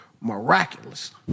miraculous